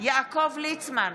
יעקב ליצמן,